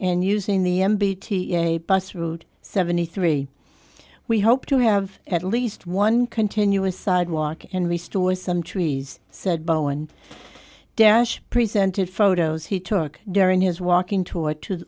and using the m b t a bus route seventy three we hope to have at least one continuous sidewalk and we store some trees said bowen dash presented photos he took during his walking tour to